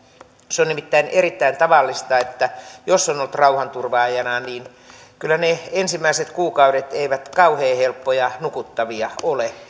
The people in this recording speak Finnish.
se on nimittäin erittäin tavallista että jos on ollut rauhanturvaajana niin eivät ne ensimmäiset kuukaudet kyllä kauhean helppoja nukuttavia ole